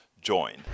join